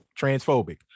Transphobic